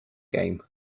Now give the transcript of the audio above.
game